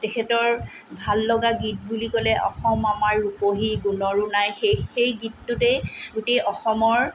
তেখেতৰ ভাল লগা গীত বুলি ক'লে অসম আমাৰ ৰূপহী গুণৰো নাই শেষ সেই গীতটোতেই গোটেই অসমৰ